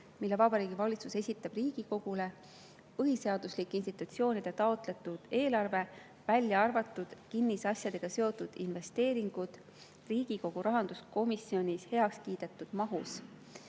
mille Vabariigi Valitsus esitab Riigikogule, põhiseaduslike institutsioonide taotletud eelarved, välja arvatud kinnisasjadega seotud investeeringud, Riigikogu rahanduskomisjonis heakskiidetud mahus.